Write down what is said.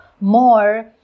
more